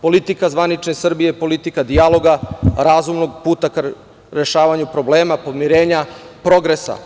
Politika zvanične Srbije, politika dijaloga, razumnog puta ka rešavanje problema, pomirenja, progresa.